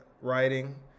writing